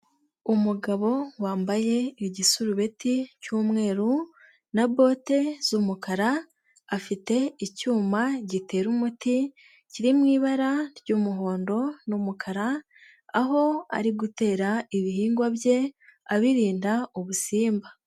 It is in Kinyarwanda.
Umugabo wambaye igisurubeti cy'umweru na bote z'umukara, afite icyuma gitera umuti kiri mu ibara ry'umuhondo n'umukara, aho ari gutera ibihingwa bye abirinda ubusimba.